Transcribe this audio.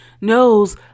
knows